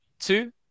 Two